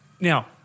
Now